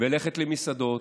וללכת למסעדות